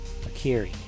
Akiri